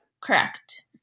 Correct